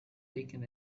taken